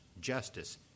justice